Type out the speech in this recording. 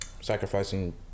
Sacrificing